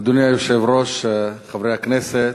אדוני היושב-ראש, חברי הכנסת,